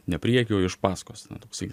ne prieky o iš pasakos toksai